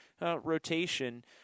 rotation